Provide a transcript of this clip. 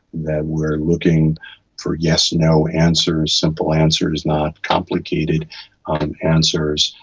that we are looking for yes no answers, simple answers, not complicated and answers,